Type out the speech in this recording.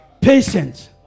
patient